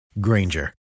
Granger